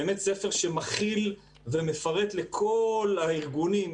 ספר שמכיל ומפרט לכל הארגונים,